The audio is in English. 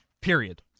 Period